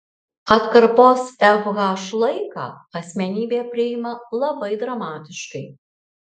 atkarpos fh laiką asmenybė priima labai dramatiškai